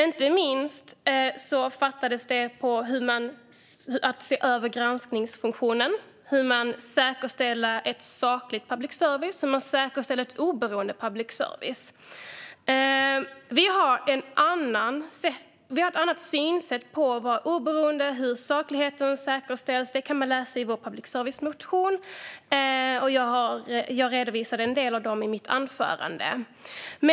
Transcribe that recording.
Inte minst var det frågan om att se över granskningsfunktionen, hur man säkerställer ett sakligt public service och hur man säkerställer ett oberoende public service. Vi har ett annat synsätt på hur oberoende och saklighet säkerställs. Det kan man läsa i vår public service-motion, och jag redovisade en del i mitt anförande.